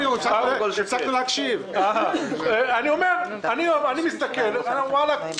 אני מסתכל ואומר: ואללה,